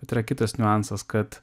bet yra kitas niuansas kad